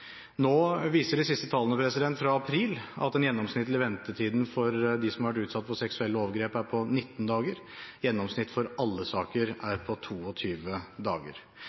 Nå viser de siste tallene fra april at den gjennomsnittlige ventetiden for dem som har vært utsatt for seksuelle overgrep, er på 19 dager. Gjennomsnittet for alle saker er på 22 dager.